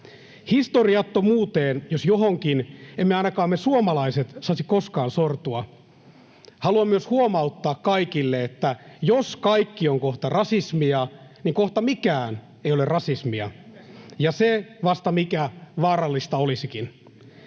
Historiattomuuteen, jos johonkin, emme ainakaan me suomalaiset saisi koskaan sortua. Haluan myös huomauttaa kaikille, että jos kaikki on kohta rasismia, niin kohta mikään ei ole rasismia. [Jani Mäkelä: Sitä minäkin